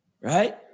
Right